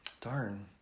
Darn